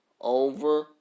over